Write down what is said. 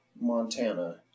Montana